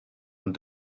ond